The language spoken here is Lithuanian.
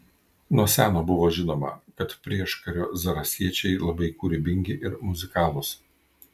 nuo seno buvo žinoma kad prieškario zarasiečiai labai kūrybingi ir muzikalūs